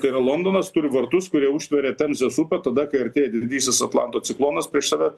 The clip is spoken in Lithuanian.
tai yra londonas turi vartus kurie užtveria temzės upę tada kai artėja didysis atlanto ciklonas prieš save